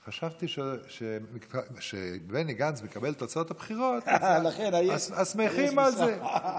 חשבתי שבני גנץ מקבל את תוצאות הבחירות אז שמחים על זה.